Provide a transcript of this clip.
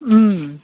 उम